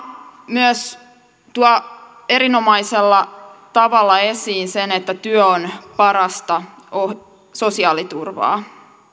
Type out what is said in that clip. myös tuo erinomaisella tavalla esiin sen että työ on parasta sosiaaliturvaa